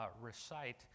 recite